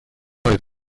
roedd